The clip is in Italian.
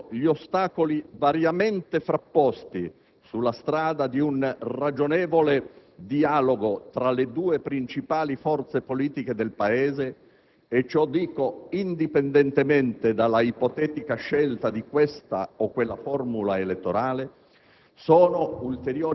per un altro verso gli ostacoli variamente frapposti sulla strada di un ragionevole dialogo tra le due principali forze politiche del Paese - e ciò dico indipendentemente dalla ipotetica scelta di questa o quella formula elettorale